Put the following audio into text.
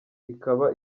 ikaba